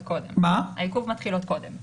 העיכוב מתחיל עוד קודם.